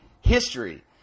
history